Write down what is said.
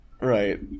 Right